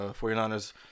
49ers